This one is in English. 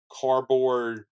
cardboard